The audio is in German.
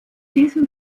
diesen